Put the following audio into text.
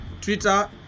twitter